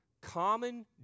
common